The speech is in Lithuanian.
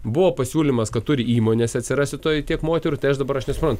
buvo pasiūlymas kad turi įmonėse atsirasti toj tiek moterų tai aš dabar aš nesuprantu